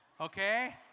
Okay